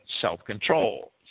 self-control